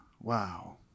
Wow